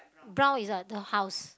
brown is the the house